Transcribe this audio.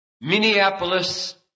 Minneapolis